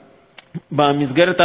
במסגרת ההחלטה הזאת